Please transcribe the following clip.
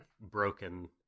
broken